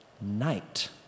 night